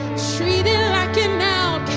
treated like and